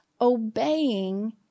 obeying